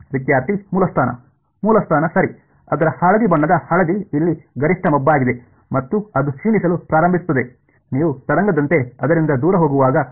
ವಿದ್ಯಾರ್ಥಿ ಮೂಲಸ್ಥಾನ ಮೂಲಸ್ಥಾನ ಸರಿ ಅದರ ಹಳದಿ ಬಣ್ಣದ ಹಳದಿ ಇಲ್ಲಿ ಗರಿಷ್ಠ ಮಬ್ಬಾಗಿದೆ ಮತ್ತು ಅದು ಕ್ಷೀಣಿಸಲು ಪ್ರಾರಂಭಿಸುತ್ತದೆ ನೀವು ತರಂಗದಂತೆ ಅದರಿಂದ ದೂರ ಹೋಗುವಾಗ